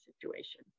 situation